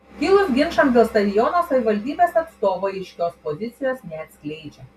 kilus ginčams dėl stadiono savivaldybės atstovai aiškios pozicijos neatskleidžia